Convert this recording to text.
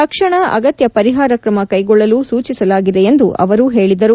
ತಕ್ಷಣ ಅಗತ್ನ ಪರಿಹಾರ ಕ್ರಮ ಕ್ವೆಕೊಳ್ಳಲು ಸೂಚಿಸಲಾಗಿದೆ ಎಂದು ಅವರು ಹೇಳಿದರು